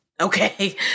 Okay